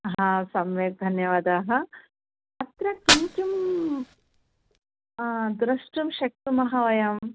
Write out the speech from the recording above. हा सम्यक् धन्यवादाः अत्र किं किं द्रष्टुं शक्नुमः वयं